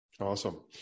Awesome